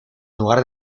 lugar